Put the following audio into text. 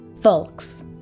Folks